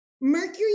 Mercury